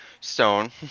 stone